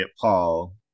Paul